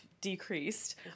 decreased